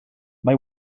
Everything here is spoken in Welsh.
mae